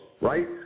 right